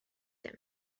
him